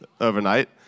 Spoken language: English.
overnight